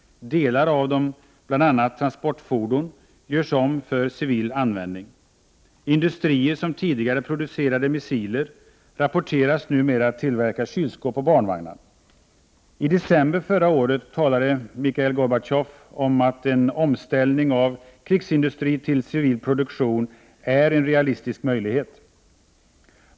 Delar av dem, bl.a. transportfordon, görs om för civil användning. Industrier som tidigare producerade missiler rapporteras numera tillverka kylskåp och barnvagnar. I december förra året talade Mikhail Gorbatjov om att en omställning av krigsindustri till civil produktion är en realistisk möjlighet.